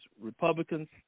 Republicans